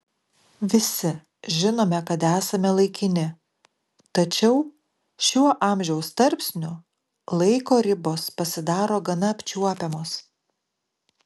visi žinome kad esame laikini tačiau šiuo amžiaus tarpsniu laiko ribos pasidaro gana apčiuopiamos